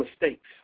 mistakes